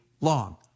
long